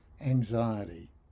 anxiety